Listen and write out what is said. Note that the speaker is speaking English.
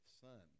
son